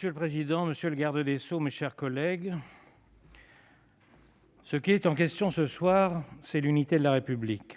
Monsieur le président, monsieur le garde des sceaux, mes chers collègues, ce qui est en question ce soir, c'est l'unité de la République.